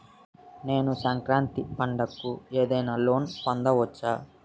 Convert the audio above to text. నేను సంక్రాంతి పండగ కు ఏదైనా లోన్ పొందవచ్చా?